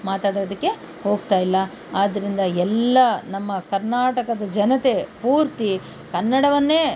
ಮಾತಾಡೋದಕ್ಕೆ ಹೋಗ್ತಾಯಿಲ್ಲ ಆದ್ದರಿಂದ ಎಲ್ಲ ನಮ್ಮ ಕರ್ನಾಟಕದ ಜನತೆ ಪೂರ್ತಿ ಕನ್ನಡವನ್ನೇ